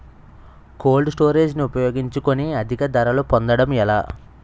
Cold storage ని ఉపయోగించుకొని అధిక ధరలు పొందడం ఎలా?